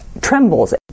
trembles